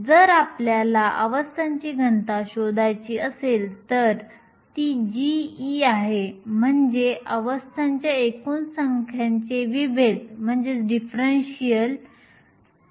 जर आपल्याला अवस्थांची घनता शोधायची असेल तर ती g आहे म्हणजे अवस्थांच्या एकूण संख्येचे विभेद SvdE आहे